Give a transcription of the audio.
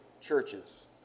churches